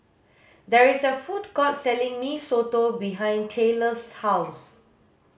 there is a food court selling mee soto behind Tayler's house